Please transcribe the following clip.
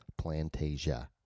Plantasia